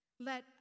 Let